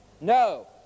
No